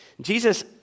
Jesus